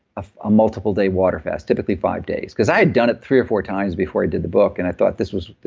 ah a multiple day water fast, typically five days. because i had done it three or four times before i did the book, and i thought this was